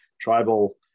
tribal